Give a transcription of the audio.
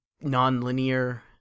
non-linear